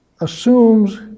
assumes